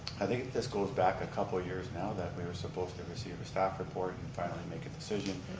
i think this goes back ah couple years now that we were supposed to receive a staff report and finally make a decision.